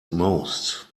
most